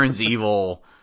evil